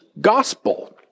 Gospel